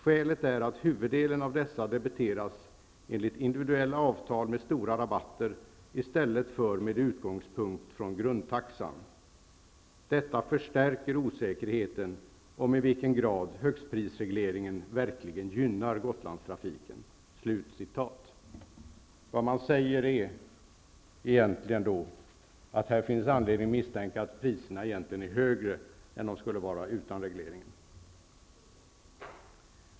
Skälet är att huvuddelen av dessa debiteras enligt individuella avtal med stora rabatter i stället för med utgångspunkt från grundtaxan. Detta förstärker osäkerheten om i vilken grad högstprisregleringen verkligen gynnar Vad man säger är att här finns anledning att misstänka att priserna egentligen är högre än de skulle ha varit utan reglering.